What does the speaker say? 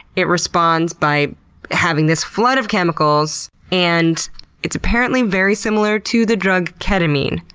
it responds by having this flood of chemicals, and it's apparently very similar to the drug ketamine.